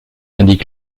indique